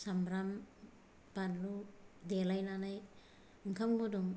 सामब्राम बानलु देलायनानै ओंखाम गुदुं